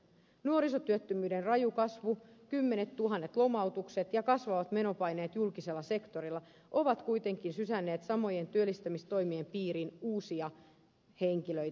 nuorisotyöttömyyden raju kasvu kymmenettuhannet lomautukset ja kasvavat menopaineet julkisella sektorilla ovat kuitenkin sysänneet samojen työllistämistoimien piiriin uusia henkilöitä